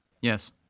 Yes